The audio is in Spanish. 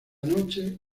noche